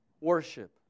worship